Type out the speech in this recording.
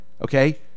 Okay